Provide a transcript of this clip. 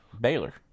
baylor